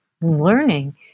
learning